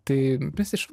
tai visiškai